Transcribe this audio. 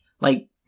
Like-